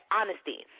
honesty